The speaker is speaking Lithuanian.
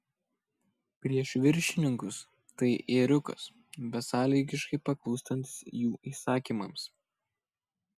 prieš viršininkus tai ėriukas besąlygiškai paklūstantis jų įsakymams